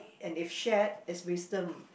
and if shared is wisdom